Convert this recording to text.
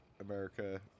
america